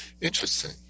Interesting